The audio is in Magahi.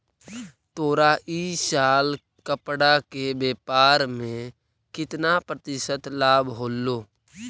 तोरा इ साल कपड़ा के व्यापार में केतना प्रतिशत लाभ होलो?